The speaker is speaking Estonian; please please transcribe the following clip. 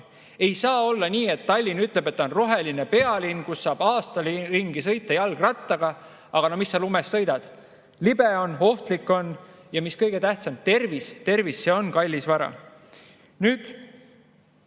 Ei saa olla nii, et Tallinn ütleb, et ta on roheline pealinn, kus saab aasta ringi sõita jalgrattaga, aga no mis sa lumes sõidad? Libe on, ohtlik on. Ja mis on kõige tähtsam? Tervis! Tervis on kallis vara. Nüüd,